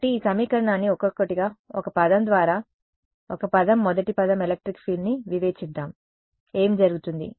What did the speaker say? కాబట్టి ఈ సమీకరణాన్ని ఒక్కొక్కటిగా ఒక పదం ద్వారా ఒక పదం మొదటి పదం ఎలక్ట్రిక్ ఫీల్డ్ని వివేచిద్దాం ఏమి జరుగుతుంది